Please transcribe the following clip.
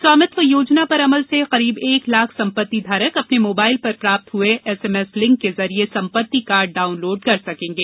स्वामित्व योजना पर अमल से करीब एक लाख संपत्ति धारक अपने मोबाइल पर प्राप्त हुए एसएमएस लिंक के जरिये संपत्ति कार्ड डाउनलोड कर सकेंगे